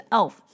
Elf